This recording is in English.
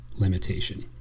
limitation